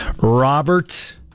Robert